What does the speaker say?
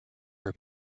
for